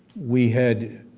we had,